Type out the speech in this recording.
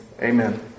amen